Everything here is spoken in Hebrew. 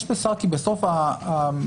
"יש בשר" כי בסוף הממשלה,